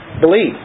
believe